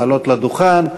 לעלות לדוכן,